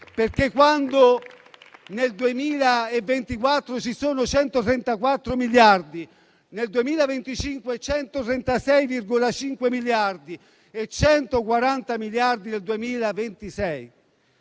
Quando nel 2024 ci sono 134 miliardi, nel 2025 ci sono 136,5 miliardi e 140 miliardi nel 2026,